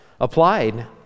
applied